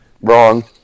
Wrong